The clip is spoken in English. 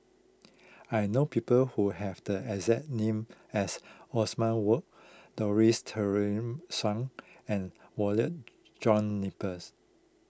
I know people who have the exact name as Othman Wok Dorothy Tessensohn and Walter John Napier